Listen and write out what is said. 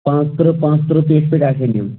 پانٛژ تٕرٛہ پانٛژتٕرٛہ پٮ۪ٹھۍ پٮ۪ٹھۍ آسن یِم